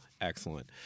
excellent